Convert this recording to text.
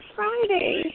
Friday